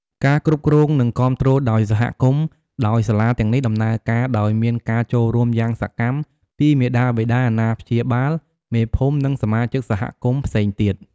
ការគ្រប់គ្រង និងគាំទ្រដោយសហគមន៍ ដោយសាលាទាំងនេះដំណើរការដោយមានការចូលរួមយ៉ាងសកម្មពីមាតាបិតា អាណាព្យាបាល មេភូមិ និងសមាជិកសហគមន៍ផ្សេងទៀត។